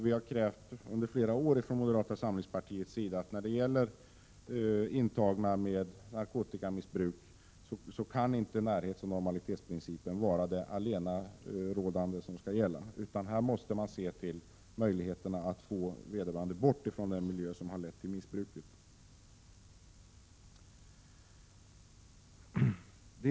Vi har under flera år från moderata samlingspartiets sida hävdat att närhetsoch normalitetsprinciperna när det gäller intagna med narkotikamissbruk inte kan vara allenarådande, utan här måste man se till möjligheterna att få vederbörande bort från den miljö som har lett till missbruket.